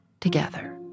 together